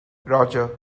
roger